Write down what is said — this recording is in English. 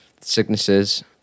sicknesses